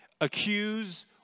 accuse